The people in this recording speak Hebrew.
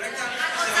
אולי תאריך בזה עוד קצת?